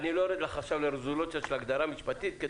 אני לא יורד עכשיו לרזולוציות של הגדרה משפטית.